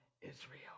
Israel